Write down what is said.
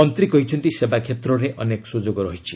ମନ୍ତ୍ରୀ କହିଛନ୍ତି ସେବା କ୍ଷେତ୍ରରେ ଅନେକ ସୁଯୋଗ ରହିଛି